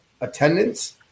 attendance –